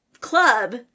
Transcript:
club